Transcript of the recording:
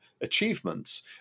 achievements